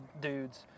dudes